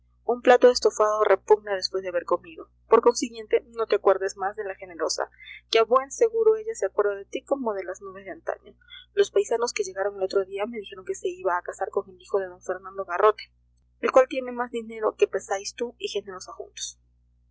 un plato de estofado repugna después de haber comido por consiguiente no te acuerdes más de la generosa que a buen seguro ella se acuerda de ti como de las nubes de antaño los paisanos que llegaron el otro día me dijeron que se iba a casar con el hijo de d fernando garrote el cual tiene más dinero que pesáis tú y generosa juntos